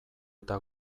eta